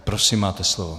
Prosím, máte slovo.